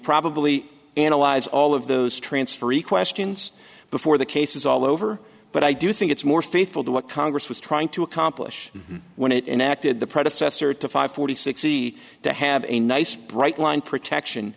probably analyze all of those transferee questions before the case is all over but i do think it's more faithful to what congress was trying to accomplish when it enacted the predecessor to five hundred sixty to have a nice bright line protection